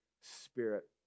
Spirit